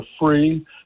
free